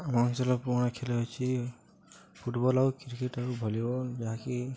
ଆମ ଅଞ୍ଚଳ ପୁରୁଣା ଖେଳ ହେଉଛିି ଫୁଟବଲ ଆଉ କ୍ରିକେଟ ଆଉ ଭଲିବଲ ଯାହାକି